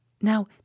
Now